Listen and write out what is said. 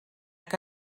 que